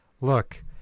look